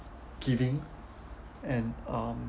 giving and um